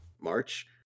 March